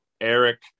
eric